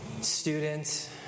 students